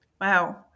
Wow